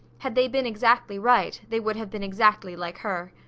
had they been exactly right, they would have been exactly like her.